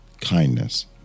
kindness